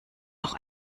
auch